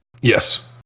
Yes